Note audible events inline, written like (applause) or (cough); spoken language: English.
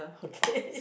okay (laughs)